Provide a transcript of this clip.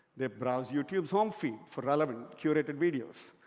they browse youtube's home feed for relevant, curated videos.